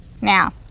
Now